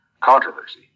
controversy